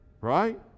Right